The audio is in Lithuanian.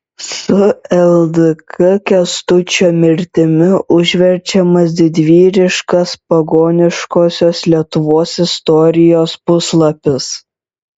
su ldk kęstučio mirtimi užverčiamas didvyriškas pagoniškosios lietuvos istorijos puslapis